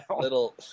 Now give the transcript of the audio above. little